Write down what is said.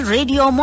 Radio